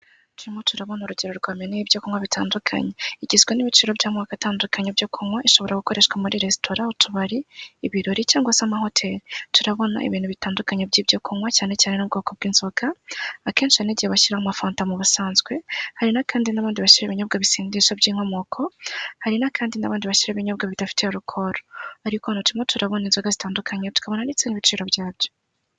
Turimo turabona urugero rwa menu yibyo kunywa bitandukanye. Igizwe n'ibiciro bya moko atandukanye byo kunywa, ishobora gukoreshwa muri resitora, utubari, ibirori cyangwa se ama hotel. Turabona ibintu bitandukanye byibyo kunywa cyane cyane ubwoko bw'inzoga, akenshi hari nigihe bashyiraho ama fanta mubusanzwe, hari kandi ni gihe bashyiraho ibinyobwa bisindisha by'inkomoko ,hari na kandi bashyiraho ibinyobwa bidafite arukoru. Ariko hano turimo turabona inzoga zitandukanye ndetse n'ibiciro byabyo.